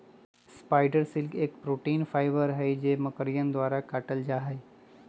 spider silk एक protein fibre हई जो मकड़ियन द्वारा कातल जाहई